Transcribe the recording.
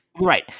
Right